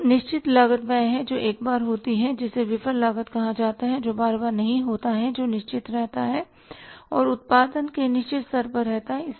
तो निश्चित लागत वह है जो एक बार होती है जिसे विफल लागत कहा जाता जो बार बार नहीं होता है और जो निश्चित रहता है और उत्पादन के निश्चित स्तर तक रहता है